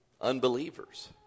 unbelievers